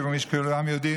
כמו שכולם יודעים,